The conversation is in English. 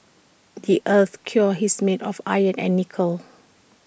the Earth's core his made of iron and nickel